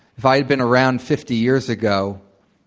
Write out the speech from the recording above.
if i'd been around fifty years ago,